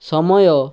ସମୟ